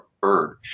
bird